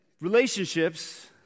relationships